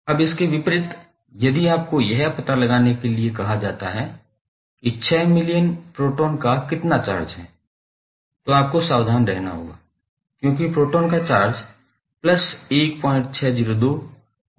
अब इसके विपरीत यदि आपको यह पता लगाने के लिए कहा जाता है कि 6 मिलियन प्रोटॉन का कितना चार्ज है तो आपको सावधान रहना होगा क्योंकि प्रोटॉन का चार्ज होगा